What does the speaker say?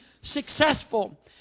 successful